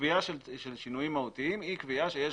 קביעה של שינויים מהותיים היא קביעה שיש